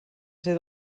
ser